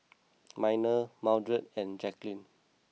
Minor Mildred and Jackeline